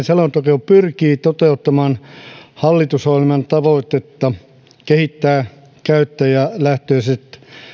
selonteko pyrkii toteuttamaan hallitusohjelman tavoitetta kehittää käyttäjälähtöiset